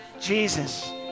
Jesus